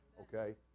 okay